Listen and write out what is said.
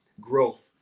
growth